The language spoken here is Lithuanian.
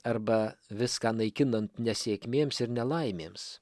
arba viską naikinant nesėkmėms ir nelaimėms